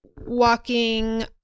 walking